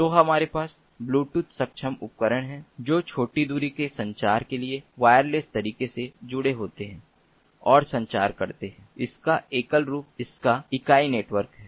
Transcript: तो हमारे पास ब्लूटूथ सक्षम उपकरण हैं जो छोटी दूरी के संचार के लिए वायरलेस तरीके से जुड़े होते है और संचार करते हैं इसका एकल रूप इसका इकाई नेटवर्क है